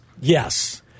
Yes